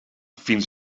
fins